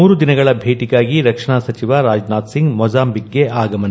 ಮೂರು ದಿನಗಳ ಭೇಟಿಗಾಗಿ ರಕ್ಷಣಾ ಸಚಿವ ರಾಜನಾಥ್ ಸಿಂಗ್ ಮೊಜಾಂಬಿಕ್ಗೆ ಆಗಮನ